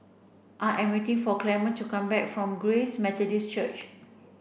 I am waiting for Clemente to come back from Grace Methodist Church